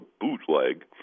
bootleg